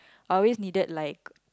I always needed like